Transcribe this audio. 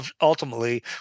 ultimately